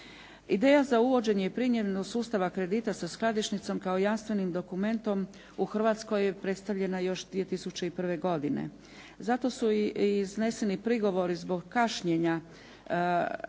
Ideja za uvođenje i primjenu sustava kredita sa skladišnicom kao jamstvenim dokumentom u Hrvatskoj je predstavljena još 2001. godine. Zato su i izneseni prigovori zbog kašnjenja